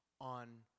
on